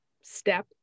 step